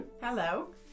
Hello